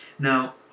Now